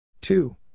two